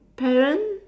parent